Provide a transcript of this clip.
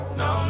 no